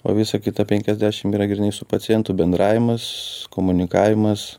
o visa kita penkiasdešim yra grynai su pacientu bendravimas komunikavimas